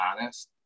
honest